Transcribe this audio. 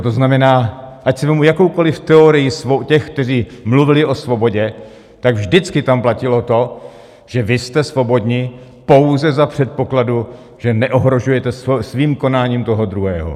To znamená, ať si vezmu jakoukoliv teorii těch, kteří mluvili o svobodě, tak vždycky tam platilo to, že vy jste svobodní pouze za předpokladu, že neohrožujete svým konáním toho druhého.